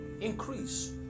Increase